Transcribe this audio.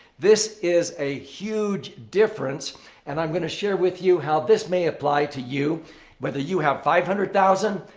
this is a huge difference and i'm going to share with you how this may apply to you whether you have five hundred thousand,